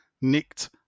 nicked